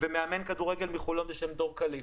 יש בחולון גם מאמן כדורגל בשם דור כליף.